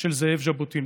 של זאב ז'בוטינסקי.